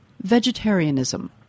vegetarianism